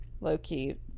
Low-key